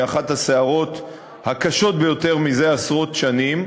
אחת הסערות הקשות ביותר מזה עשרות שנים,